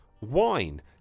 wine